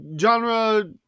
Genre